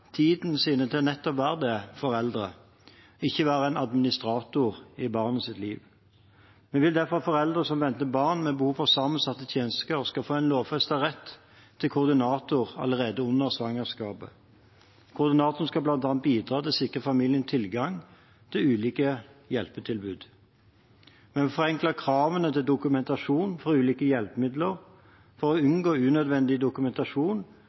tiden sin til nettopp å være foreldre, ikke være en administrator i barnets liv. Vi vil derfor at foreldre som venter barn med behov for sammensatte tjenester, skal få en lovfestet rett til koordinator allerede under svangerskapet. Koordinatoren skal bl.a. bidra til å sikre familien tilgang til ulike hjelpetilbud. Vi vil forenkle kravene til dokumentasjon for ulike hjelpemidler for å unngå unødvendig dokumentasjon